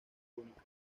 única